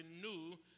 new